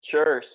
Sure